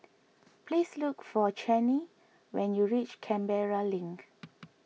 please look for Chanie when you reach Canberra Link